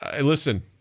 Listen